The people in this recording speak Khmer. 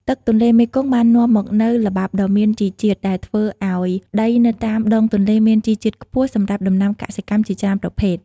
ទឹកទន្លេមេគង្គបាននាំមកនូវល្បាប់ដ៏មានជីជាតិ ដែលធ្វើឲ្យដីនៅតាមដងទន្លេមានជីជាតិខ្ពស់សម្រាប់ដំណាំកសិកម្មជាច្រើនប្រភេទ។